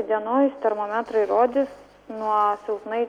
įdienojus termometrai rodys nuo silpnai